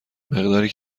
مقداری